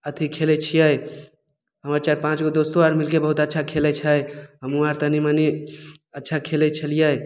अथी खेलैत छियै हुआँ चारि पाँचगो दोस्तो आर मिलके बहुत अच्छा खेलैत छै हमहुँ आर तनी मनी अच्छा खेलैत छलियै